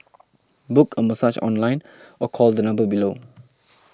book a massage online or call the number below